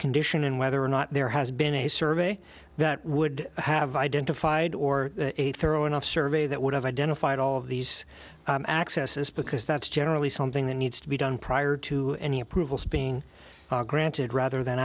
condition and whether or not there has been a survey that would have identified or thrown off survey that would have identified all of these accesses because that's generally something that needs to be done prior to any approvals being granted rather than